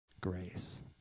Grace